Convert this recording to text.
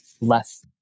less